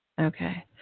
Okay